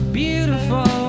beautiful